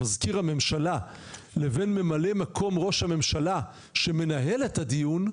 מזכיר הממשלה לבין ממלא מקום ראש הממשלה שמנהל את הדיון,